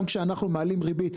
גם כשאנחנו מעלים ריבית,